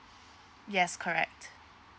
yes correct